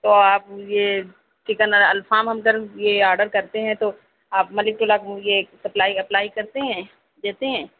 تو آپ یہ چکن الفام ہم اگر یہ آڈر کرتے ہیں تو آپ ملک ٹولا یہ سپلائی اپلائی کرتے ہیں دیتے ہیں